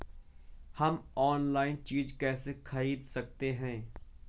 हम ऑनलाइन बीज कैसे खरीद सकते हैं?